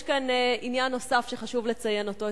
יש כאן עניין נוסף שחשוב לציין אותו.